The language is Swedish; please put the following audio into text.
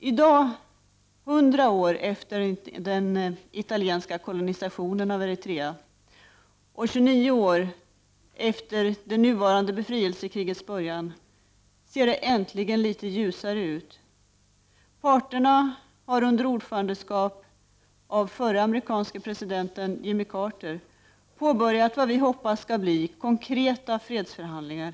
I dag, 100 år efter den italienska kolonisationen av Eritrea och 29 år efter de nuvarande befrielsekrigets början, ser det äntligen litet ljusare ut. Parterna har under ordförandeskap av den förre amerikanske presidenten Jimmy Carter påbörjat vad vi hoppas skall bli konkreta fredsförhandlingar.